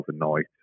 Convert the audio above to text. overnight